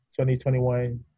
2021